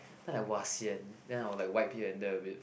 then like [wah] sian then I'll like wipe here and there a bit